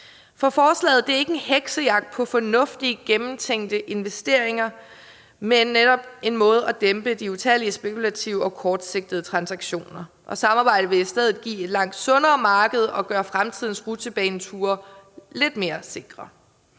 For forslaget er ikke en heksejagt på fornuftige, gennemtænkte investeringer, men byder netop på en måde at dæmpe de utallige spekulative og kortsigtede transaktioner på. Og samarbejdet vil i stedet give et langt sundere marked og gøre fremtidens rutsjebaneture lidt mere sikre.